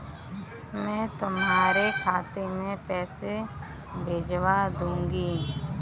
मैं तुम्हारे खाते में पैसे भिजवा दूँगी